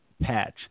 Patch